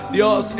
Dios